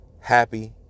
Happy